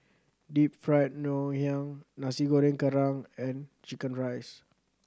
Deep Fried Ngoh Hiang Nasi Goreng Kerang and chicken rice